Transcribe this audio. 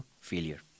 failure